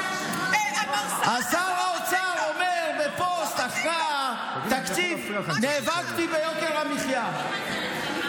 אז שר האוצר אומר בפוסט אחרי התקציב: נאבקתי ביוקר המחיה,